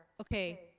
Okay